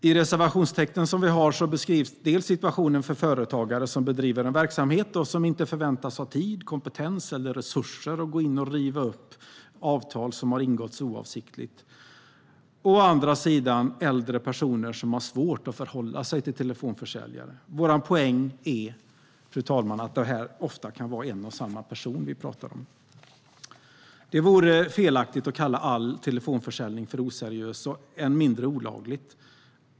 I reservationstexten vi har beskrivs situationen för företagare som bedriver en verksamhet och som inte förväntas ha tid, kompetens eller resurser att gå in och riva upp avtal som har ingåtts oavsiktligt och å andra sidan för äldre personer har svårt att förhålla sig till telefonsäljare. Vår poäng är, fru talman, att det ofta kan vara en och samma person vi talar om. Det vore felaktigt att kalla all telefonförsäljning för oseriös och än mindre olaglig.